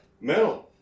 Metal